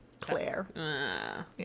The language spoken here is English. Claire